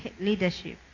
leadership